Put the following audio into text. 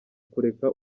kureka